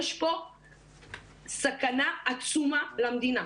יש פה סכנה עצומה למדינה.